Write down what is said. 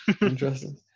Interesting